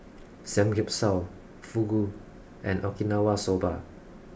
Samgeyopsal Fugu and Okinawa Soba